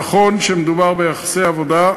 נכון שמדובר ביחסי עבודה,